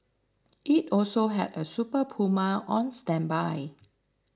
it also had a Super Puma on standby